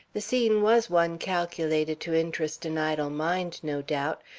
the scene was one calculated to interest an idle mind, no doubt.